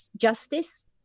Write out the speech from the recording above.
justice